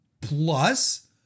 Plus